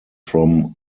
from